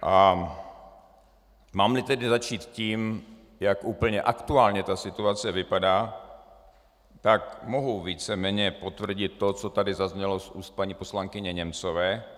Mámli tedy začít tím, jak úplně aktuálně situace vypadá, tak mohu víceméně potvrdit to, co tady zaznělo z úst paní poslankyně Němcové.